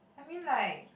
I mean like